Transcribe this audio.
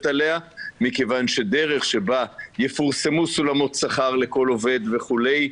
עליה מכיוון שדרך שבה יפורסמו סולמות שכר לכל עובד וכולי,